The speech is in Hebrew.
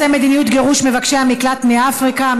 מדיניות גירוש מבקשי המקלט מאפריקה?